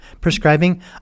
prescribing